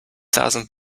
thousand